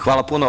Hvala puno.